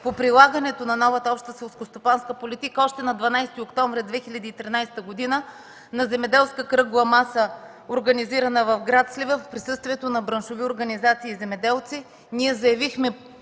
по прилагането на новата Обща селскостопанска политика още на 12 октомври 2013 г. На земеделска кръгла маса, организирана в град Сливен, в присъствието на браншови организации и земеделци ние заявихме